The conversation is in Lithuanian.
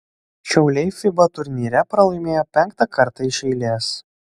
šiauliai fiba turnyre pralaimėjo penktą kartą iš eilės